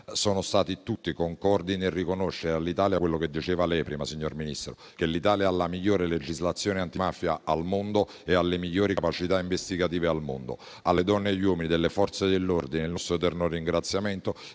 sono stati tutti concordi nel riconoscere all'Italia quello che lei prima diceva, signor Ministro, ovvero che l'Italia ha la migliore legislazione antimafia al mondo e ha le migliori capacità investigative al mondo. Alle donne e agli uomini delle Forze dell'ordine va il nostro eterno ringraziamento